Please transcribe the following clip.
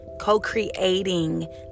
co-creating